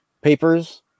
papers